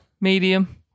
Medium